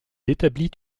établit